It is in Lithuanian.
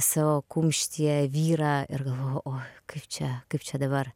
savo kumštyje vyrą ir galvoju o čia kaip čia dabar